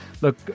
look